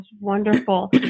wonderful